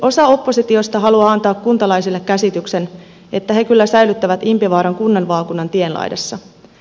osa oppositiosta haluaa antaa kuntalaisille käsityksen että he kyllä säilyttävät impivaaran kunnanvaakunan tienlaidassa